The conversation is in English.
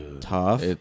tough